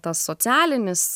tas socialinis